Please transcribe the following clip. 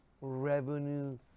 revenue